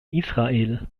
israel